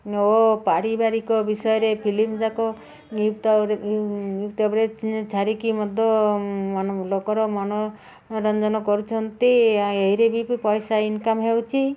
ଓ ପାରିବାରିକ ବିଷୟରେ ଫିଲିମ ଯାକ ୟୁ ୟୁଟ୍ୟୁବ୍ରେ ଛାରିକି ମଧ୍ୟ ଲୋକର ମନରଞ୍ଜନ କରୁଛନ୍ତି ଏହିରେ ବି ବି ପଇସା ଇନକମ୍ ହେଉଛି